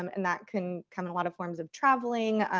um and that can come in a lot of forms of traveling,